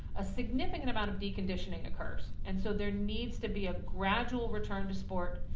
a significant amount of deconditioning occurs and so there needs to be a gradual return to sport.